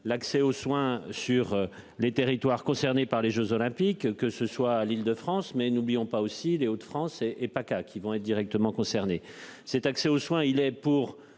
l'accès aux soins sur les territoires concernés par les Jeux olympiques, que ce soit à l'Île-de-France. Mais n'oublions pas aussi des Hauts-de-France et et PACA qui vont être directement concernés. Cet accès aux soins, il est pour